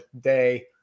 day